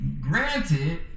Granted